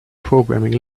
programming